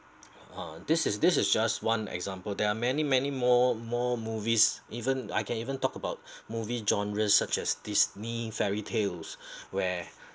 uh this is this is just one example there are many many more more movies even I can even talk about movie genres such as Disney fairy tales where